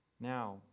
Now